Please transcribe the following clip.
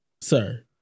Sir